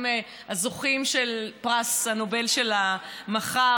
הם הזוכים של פרס הנובל של המחר,